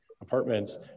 apartments